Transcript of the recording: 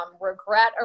regret